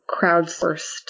crowdsourced